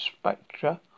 Spectra